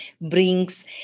brings